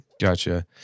Gotcha